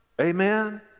Amen